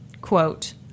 quote